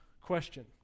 question